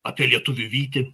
apie lietuvių vytį